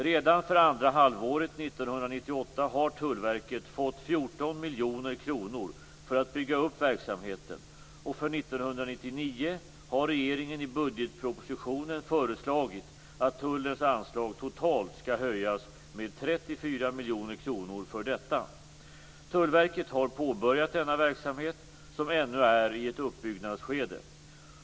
Redan för andra halvåret 1998 har Tullverket fått 14 miljoner kronor för att bygga upp verksamheten, och för 1999 har regeringen i budgetpropositionen föreslagit att tullens anslag totalt skall höjas med 34 miljoner kronor för detta. Tullverket har påbörjat denna verksamhet, som ännu är i ett uppbyggnadsskede.